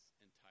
entire